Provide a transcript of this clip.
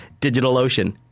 DigitalOcean